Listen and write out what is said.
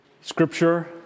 Scripture